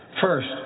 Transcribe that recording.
First